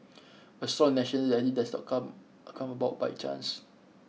a strong national identity does not come come about by chance